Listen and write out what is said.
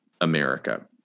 America